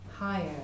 higher